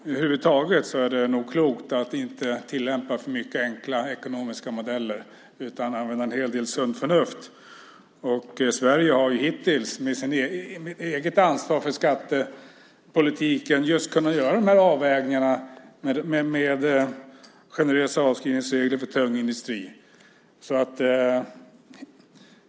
Över huvud taget är det nog klokt att inte tillämpa för många enkla ekonomiska modeller utan använda en hel del sunt förnuft. Sverige har hittills med sitt eget ansvar för skattepolitiken just kunnat göra avvägningar med generösa avskrivningsregler för tung industri.